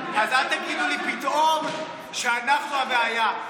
אז אל תגידו לי פתאום שאנחנו הבעיה.